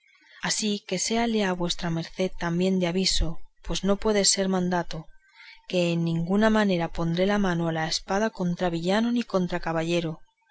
así que séale a vuestra merced también aviso pues no puede ser mandato que en ninguna manera pondré mano a la espada ni contra villano ni contra caballero